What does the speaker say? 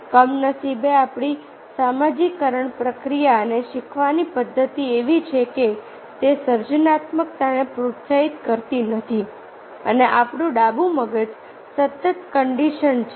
કમનસીબે આપણી સમાજીકરણ પ્રક્રિયા અને શીખવાની પદ્ધતિ એવી છે કે તે સર્જનાત્મકતાને પ્રોત્સાહિત કરતી નથી અને આપણું ડાબું મગજ સતત કન્ડિશન્ડ છે